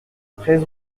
treize